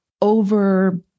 over